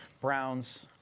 browns